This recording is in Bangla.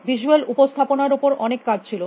ভিসুয়াল উপস্থাপনার উপর অনেক কাজ ছিল